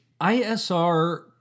ISR